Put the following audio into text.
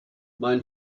mein